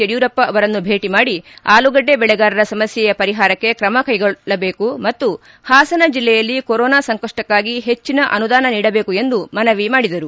ಯಡಿಯೂರಪ್ಪ ಅವರನ್ನು ಭೇಟಿ ಮಾಡಿ ಆಲೂಗಡ್ಡ ಬೆಳಗಾರರ ಸಮಸ್ತೆಯ ಪರಿಪಾರಕ್ಷೆ ತ್ರಮಕ್ಕೆಗೊಳ್ಳಬೇಕು ಮತ್ತು ಪಾಸನ ಜಿಲ್ಲೆಯಲ್ಲಿ ಕೊರೊನಾ ಸಂಕಪ್ಪಕಾಗಿ ಹೆಚ್ಚಿನ ಅನುದಾನ ನೀಡಬೇಕು ಎಂದು ಮನವಿ ಮಾಡಿದರು